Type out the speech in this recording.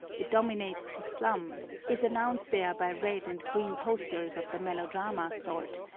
it dominates the slums, is announced there by red and green posters of the melodrama sort,